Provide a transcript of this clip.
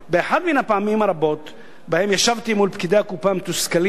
באחת מן הפעמים הרבות שישבתי מול פקידי הקופה המתוסכלים,